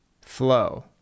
flow